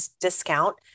discount